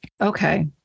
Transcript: Okay